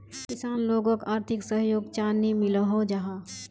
किसान लोगोक आर्थिक सहयोग चाँ नी मिलोहो जाहा?